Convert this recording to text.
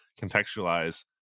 contextualize